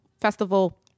festival